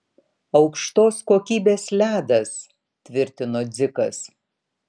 aukštos kokybės ledas tvirtino dzikas